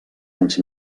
anys